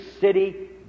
city